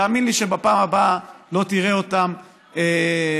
תאמין לי שבפעם ההבאה לא תראה אותם מתפרעים.